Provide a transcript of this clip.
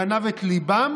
גנב את ליבם,